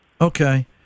Okay